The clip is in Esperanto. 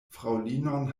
fraŭlinon